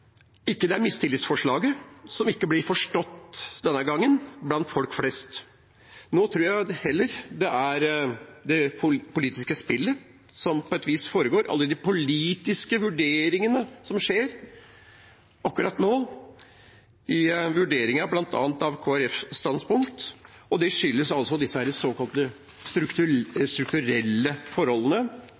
ikke det er mistillitsforslaget som ikke blir forstått denne gangen av folk flest. Nå tror jeg heller det er det politiske spillet som på et vis foregår, alle de politiske vurderingene som skjer akkurat nå, bl.a. i vurderingene av Kristelig Folkepartis standpunkt, og det skyldes disse såkalte politisk-strukturelle forholdene,